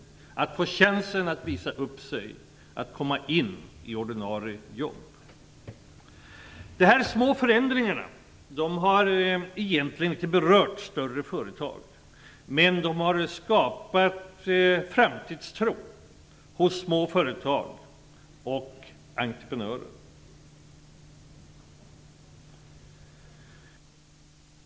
Därigenom fick de chansen att visa upp sig och komma in på ett ordinarie jobb. Dessa små förändringar har egentligen inte berört större företag, men de har skapat framtidstro hos små företag och entreprenörer.